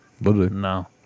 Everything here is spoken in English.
No